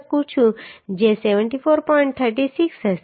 36 હશે